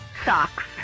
Socks